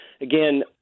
again